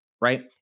right